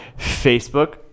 Facebook